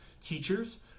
teachers